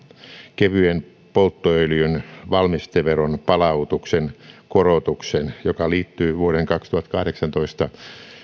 kevyen polttoöljyn valmisteveron palautuksen korotuksen joka liittyy vuoden kaksituhattakahdeksantoista